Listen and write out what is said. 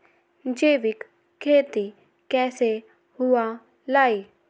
जैविक खेती कैसे हुआ लाई?